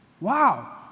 Wow